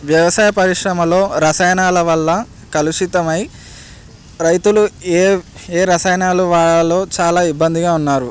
వ్యవసాయ పరిశ్రమలో రసాయనాల వల్ల కలుషితమై రైతులు ఏ ఏ రసాయనాలు వాడాలో చాలా ఇబ్బందిగా ఉన్నారు